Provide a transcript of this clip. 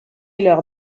leurs